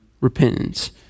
repentance